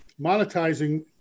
monetizing